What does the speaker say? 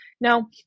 Now